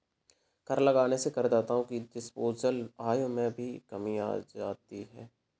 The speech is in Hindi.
कर लगने से करदाताओं की डिस्पोजेबल आय में भी कमी आ जाती है